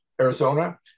Arizona